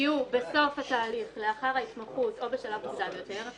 יהיו בסוף התהליך לאחר ההתמחות או בשלב מוקדם יותר?